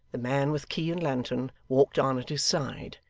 the man, with key and lantern, walked on at his side,